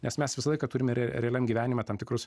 nes mes visą laiką turime realiam gyvenime tam tikrus